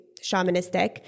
shamanistic